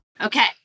Okay